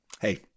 hey